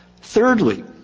Thirdly